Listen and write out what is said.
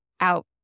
out